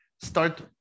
start